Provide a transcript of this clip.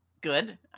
Good